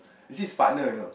it says partner you know